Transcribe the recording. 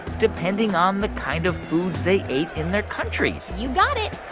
depending on the kind of foods they ate in their countries you got it.